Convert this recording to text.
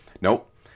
Nope